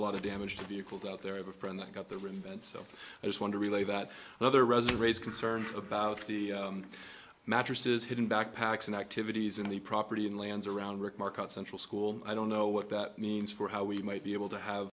a lot of damage to be equals out there i have a friend that got the room and so i just want to relay that another resident raise concerns about the mattresses hidden backpacks and activities in the property in lands around rick market central school i don't know what that means for how we might be able to have